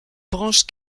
branche